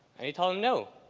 and he told them, no,